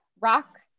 Rock